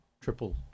triple